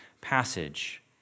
passage